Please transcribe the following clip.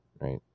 right